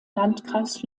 landkreis